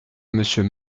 monsieur